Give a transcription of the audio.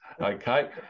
Okay